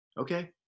Okay